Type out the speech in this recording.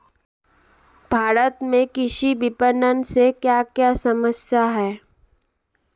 भारत में कृषि विपणन से क्या क्या समस्या हैं?